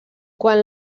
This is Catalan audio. quan